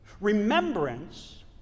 Remembrance